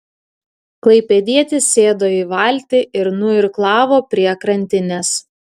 klaipėdietis sėdo į valtį ir nuirklavo prie krantinės